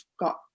got